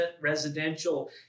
residential